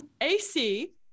AC